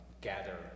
gather